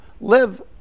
live